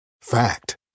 Fact